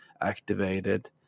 activated